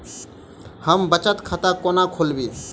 हम बचत खाता कोना खोलाबी?